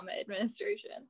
administration